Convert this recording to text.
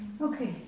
Okay